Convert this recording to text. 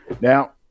Now